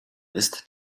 ist